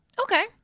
Okay